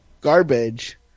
garbage